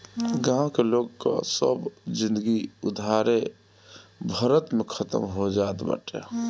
गांव के लोग कअ सब जिनगी उधारे भरत में खतम हो जात बाटे